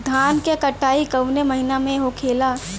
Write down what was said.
धान क कटाई कवने महीना में होखेला?